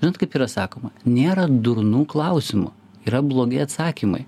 žinot kaip yra sakoma nėra durnų klausimų yra blogi atsakymai